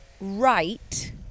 right